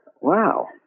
wow